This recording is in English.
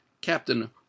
captain